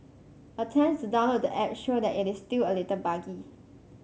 attempts to download the app show that it is still a little buggy